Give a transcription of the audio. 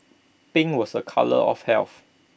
pink was A colour of health